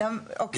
אוקיי?